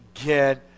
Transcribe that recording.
again